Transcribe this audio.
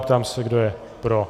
Ptám se, kdo je pro.